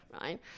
Right